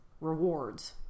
rewards